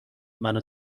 منو